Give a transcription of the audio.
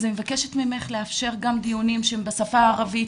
אז אני מבקשת ממך לאפשר גם דיונים שהם בשפה הערבית,